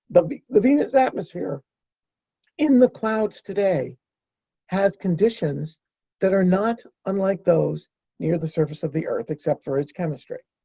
the the venus atmosphere in the clouds today has conditions that are not unlike those near the surface of the earth, except for its chemistry.